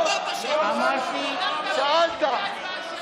לא אמרת: שמית.